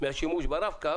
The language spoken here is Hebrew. מהשימוש ברב-קו